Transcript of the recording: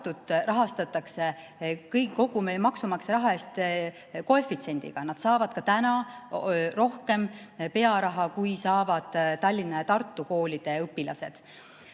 Tartut, rahastatakse meie maksumaksja raha eest koefitsiendiga, nad saavad ka täna rohkem pearaha, kui saavad Tallinna ja Tartu koolide õpilased.